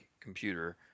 computer